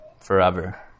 forever